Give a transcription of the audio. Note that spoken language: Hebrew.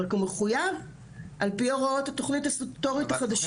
אבל הוא מחויב על פי הוראות התוכנית הסטטוטורית החדשה,